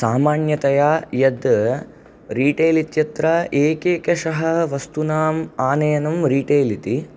सामान्यतया यद् रीटेल् इत्यत्र एकेकषः वस्तूनाम् आनयनं रीटेल् इति